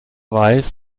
weiß